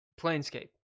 planescape